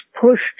pushed